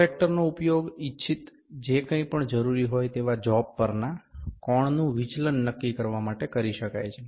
પ્રોટેક્ટરનો ઉપયોગ ઇચ્છિત જે કાંઈ પણ જરૂરી હોય તેવા જોબ પરના કોણનું વિચલન નક્કી કરવા માટે કરી શકાય છે